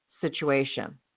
situation